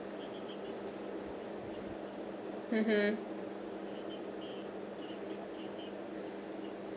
mmhmm